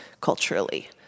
culturally